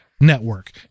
network